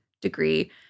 degree